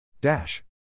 dash